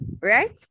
right